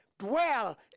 dwell